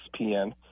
ESPN